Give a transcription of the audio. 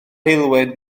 heulwen